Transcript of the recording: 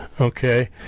okay